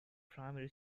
primary